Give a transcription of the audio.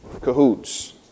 cahoots